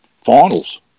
finals